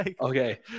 Okay